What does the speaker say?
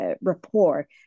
rapport